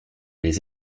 les